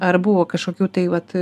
ar buvo kažkokių tai vat